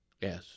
Yes